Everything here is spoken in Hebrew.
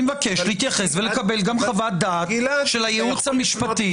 אני מבקש להתייחס וגם לקבל חוות-דעת של הייעוץ המשפטי.